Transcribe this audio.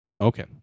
Okay